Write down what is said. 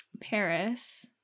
Paris